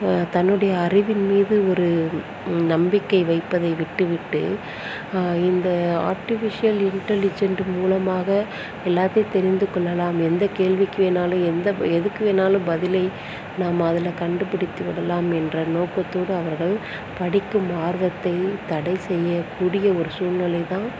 தன்னுடைய அறிவின் மீது ஒரு நம்பிக்கை வைப்பதை விட்டு விட்டு இந்த ஆர்டிஃபிஷியல் இன்டலிஜெண்ட்டு மூலமாக எல்லாத்தையும் தெரிந்து கொள்ளலாம் எந்த கேள்விக்கு வேணாலும் எந்த எதுக்கு வேணாலும் பதிலை நாம் அதில் கண்டுபிடிக்கிறதெல்லாம் என்ற நோக்கத்தோடு அவர்கள் படிக்கும் ஆர்வத்தை தடை செய்யக்கூடிய ஒரு சூழ்நிலை தான்